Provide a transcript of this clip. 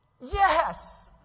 Yes